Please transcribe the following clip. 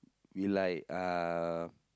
we like uh